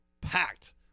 packed